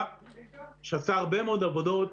שעשה הרבה מאוד עבודות,